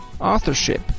authorship